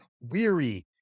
weary